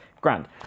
grand